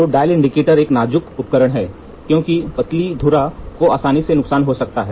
तो dial indicator एक नाजुक उपकरण है क्योंकि पतली धुरा में आसानी से नुकसानहो सकता है